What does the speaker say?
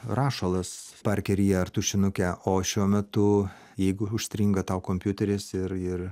rašalas parkeryje ar tušinuke o šiuo metu jeigu užstringa tau kompiuteris ir ir